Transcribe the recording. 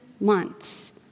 months